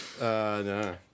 No